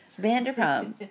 Vanderpump